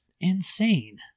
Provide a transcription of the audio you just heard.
insane